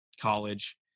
college